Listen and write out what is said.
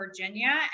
Virginia